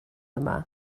yma